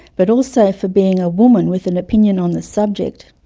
but also for being a woman with an opinion on the subject.